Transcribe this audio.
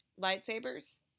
lightsabers